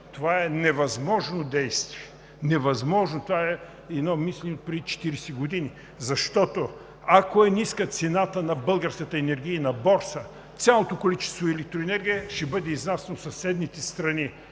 това е невъзможно действие. Невъзможно! Това е едно мислене отпреди 40 години! Защото, ако цената на Българската енергийна борса е ниска, цялото количество електроенергия ще бъде изнасяно в съседните страни.